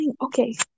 Okay